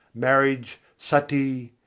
marriage, suttee,